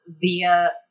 via